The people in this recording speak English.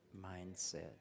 mindset